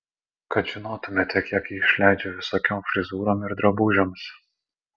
kad žinotumėte kiek ji išleidžia visokiom frizūrom ir drabužiams